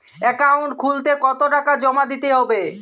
Account খুলতে কতো টাকা জমা দিতে হবে?